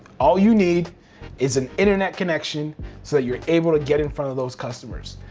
all you need is an internet connection so that you're able to get in front of those customers.